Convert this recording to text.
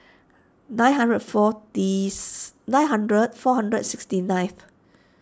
nine hundred forties nine hundred four hundred sixty ninth